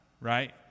Right